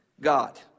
God